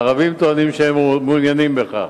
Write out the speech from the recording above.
הערבים טוענים שהם מעוניינים בכך,